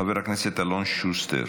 חבר הכנסת אלון שוסטר.